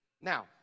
Now